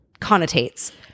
connotates